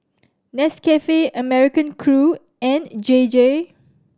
Nescafe American Crew and J J